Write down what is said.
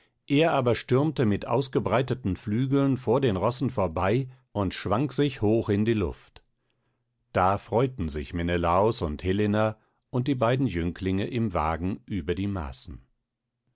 er aber stürmte mit ausgebreiteten flügeln vor den rossen vorbei und schwang sich hoch in die luft da freuten sich menelaos und helena und die beiden jünglinge im wagen über die maßen